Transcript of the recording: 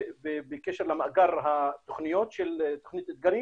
ובקשר למאגר התוכניות של תוכנית 'אתגרים'